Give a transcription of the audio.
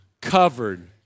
covered